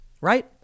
right